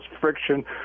friction